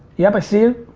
yep, i see it.